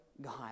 God